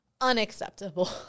unacceptable